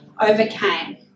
overcame